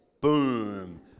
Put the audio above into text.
boom